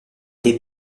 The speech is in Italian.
dei